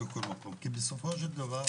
בסופו של דבר,